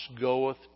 goeth